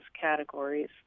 categories